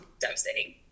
devastating